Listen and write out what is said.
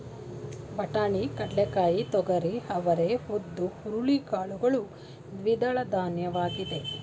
ಬಟಾಣಿ, ಕಡ್ಲೆಕಾಯಿ, ತೊಗರಿ, ಅವರೇ, ಉದ್ದು, ಹುರುಳಿ ಕಾಳುಗಳು ದ್ವಿದಳಧಾನ್ಯವಾಗಿದೆ